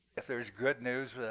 if there is good news,